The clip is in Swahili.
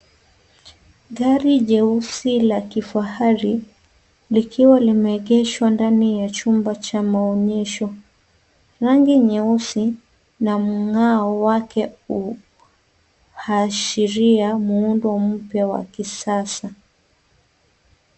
Gari jeusi la kifahari, likiwa limeegeshwa ndani ya chumba cha maonyesho. Rangi nyeusi, na mg'ao wake uhashiria muundo mpya wa kisasa.